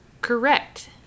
Correct